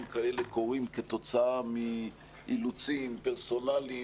כאלה קורים כתוצאה מאילוצים פרסונליים,